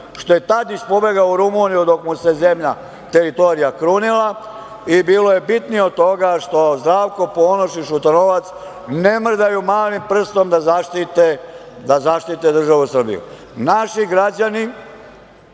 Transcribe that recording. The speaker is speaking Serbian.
što je Tadić pobegao u Rumuniju dok mu se zemlja, teritorija krunila. Bilo je bitnije od toga što Zdravko Ponoš i Šutanovac ne mrdaju malim prstom da zaštite državu Srbiju. Naši građani,